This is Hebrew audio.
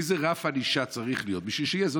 איזה רף ענישה צריך להיות בשביל שיהיה?